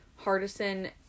Hardison